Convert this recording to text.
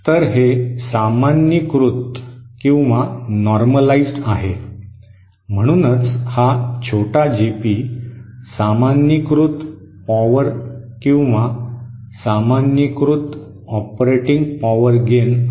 तर हे सामान्यीकृत आहे म्हणूनच हा छोटा जीपी सामान्यीकृत पॉवर किंवा सामान्यीकृत ऑपरेटिंग पॉवर गेन आहे